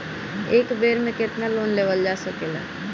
एक बेर में केतना लोन लेवल जा सकेला?